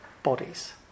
bodies